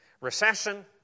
recession